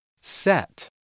Set